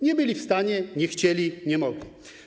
Nie byli w stanie, nie chcieli, nie mogli.